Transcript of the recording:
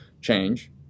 change